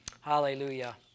Hallelujah